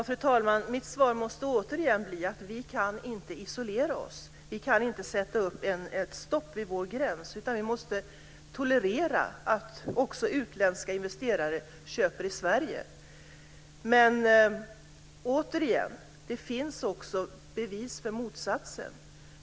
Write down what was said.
Fru talman! Mitt svar måste återigen bli att vi inte kan isolera oss. Vi kan inte sätta upp ett stopp vid vår gräns, utan vi måste tolerera att också utländska investerare köper i Sverige. Men återigen: Det finns också bevis för motsatsen.